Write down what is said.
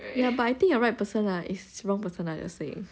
ya but I think your right person lah is wrong person just saying